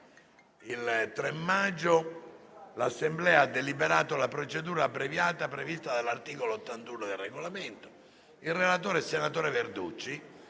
Il 3 maggio scorso l'Assemblea ha deliberato la procedura abbreviata prevista dall'articolo 81 del Regolamento. Il relatore, senatore Verducci,